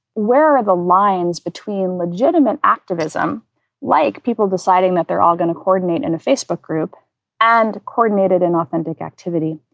where are the lines between legitimate activism like people deciding that they're all going to coordinate and a facebook group and coordinated and authentic activity?